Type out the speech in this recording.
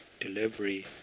delivery